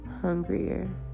hungrier